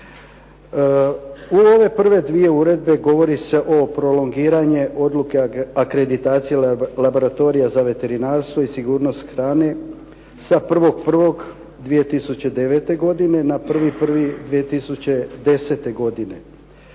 U ove prve dvije uredbe govori se o prolongiranje odluke akreditacije laboratorija za veterinarstvo i sigurnost hrane sa 1.1.2009. godine na 1.1.2010. godine,